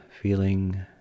feeling